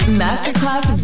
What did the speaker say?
masterclass